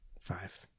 Five